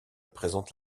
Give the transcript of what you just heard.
présente